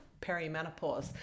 perimenopause